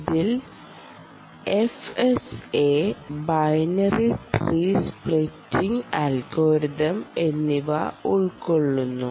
ഇതിൽ FSA binary tree splitting algorithm എന്നിവ ഉൾക്കൊള്ളുന്നു